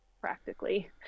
practically